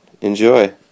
Enjoy